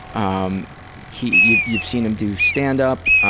um he, you've you've seen him do stand-up.